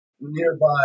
nearby